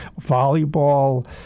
volleyball